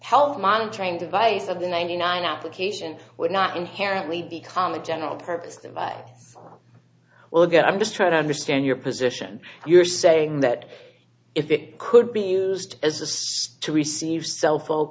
health monitoring device of the ninety nine application would not inherently become a general purpose device well again i'm just trying to understand your position you're saying that if it could be used as a six to receive cell phone